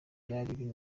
byari